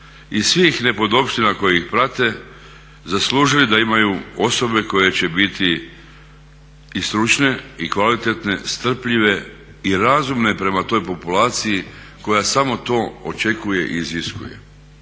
i svih nepodopština koje ih prate zaslužili da imaju osobe koje će biti i stručne i kvalitetne, strpljive i razumne prema toj populaciji koja samo to očekuje i iziskuje.